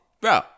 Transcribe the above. Bro